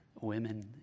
women